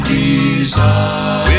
desire